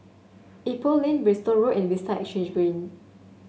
Ipoh Lane Bristol Road and Vista Exhange Green